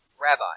Rabbi